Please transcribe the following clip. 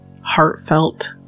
heartfelt